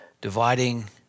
dividing